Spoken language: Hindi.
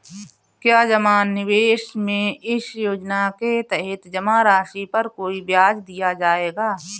क्या जमा निवेश में इस योजना के तहत जमा राशि पर कोई ब्याज दिया जाएगा?